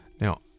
Now